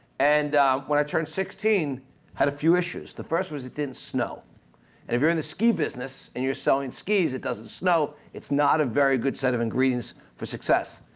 and when i turned sixteen had a few issues. the first was it didn't snow and if you're in the ski business and you're selling skis, it doesn't snow, it's not a very good set of ingredients for success.